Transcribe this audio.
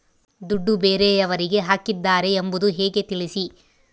ದುಡ್ಡು ಬೇರೆಯವರಿಗೆ ಹಾಕಿದ್ದಾರೆ ಎಂಬುದು ಹೇಗೆ ತಿಳಿಸಿ?